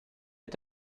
est